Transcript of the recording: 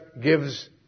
gives